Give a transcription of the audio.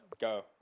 Go